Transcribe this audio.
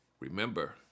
Remember